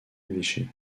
évêché